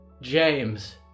James